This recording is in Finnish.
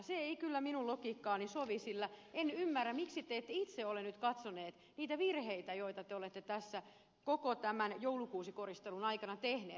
se ei kyllä minun logiikkaani sovi sillä en ymmärrä miksi te ette itse ole nyt katsoneet niitä virheitä joita te olette tässä koko tämän joulukuusikoristelun aikana tehneet